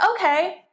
okay